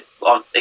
on